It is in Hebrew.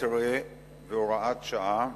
19 והוראת שעה)